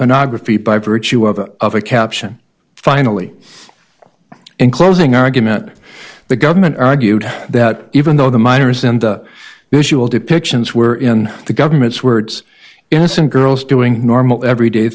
pornography by virtue of of a caption finally in closing argument the government argued that even though the minors and the usual depictions were in the government's words innocent girls doing normal everyday